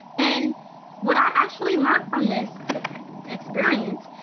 and what i actually learned from this experience